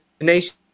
nation